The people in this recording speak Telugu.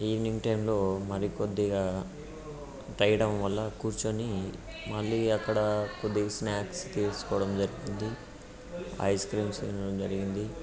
ఈవినింగ్ టైంలో మరికొద్దిగా టైడం వల్ల కూర్చొని మళ్ళీ అక్కడ కొద్దిగా స్నాక్స్ తీసుకోవడం జరిగింది ఐస్ క్రీమ్స్ తినడం జరిగింది